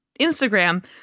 Instagram